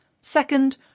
Second